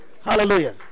Hallelujah